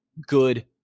good